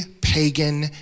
pagan